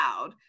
loud